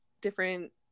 different